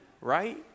right